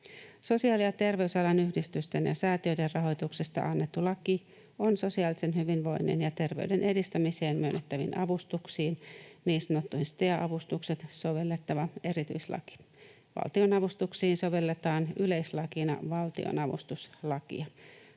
Sosiaali- ja terveysalan yhdistysten ja säätiöiden rahoituksesta annettu laki on sosiaalisen hyvinvoinnin ja terveyden edistämiseen myönnettäviin avustuksiin, niin sanottuihin STEA-avustuksiin, sovellettava erityislaki. Valtionavustuksiin sovelletaan yleislakina valtionavustuslakia.